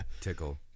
Tickle